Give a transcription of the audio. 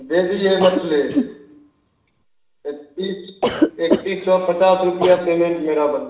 दे दिये बतले एकतीस एकतीस सौ पचास रुपया पेमेंट मेरा बन